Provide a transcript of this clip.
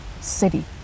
city